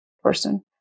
person